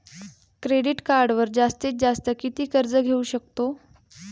Credit कार्डवर जास्तीत जास्त किती कर्ज घेऊ शकतो?